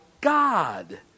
God